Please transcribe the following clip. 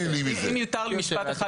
אם יותר לי משפט אחד